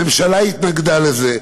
הממשלה התנגדה לזה,